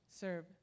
serve